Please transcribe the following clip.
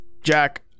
Jack